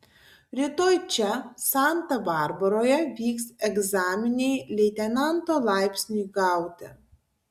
rytoj čia santa barbaroje vyks egzaminai leitenanto laipsniui gauti